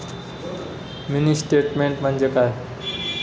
Mini statement म्हणजे काय?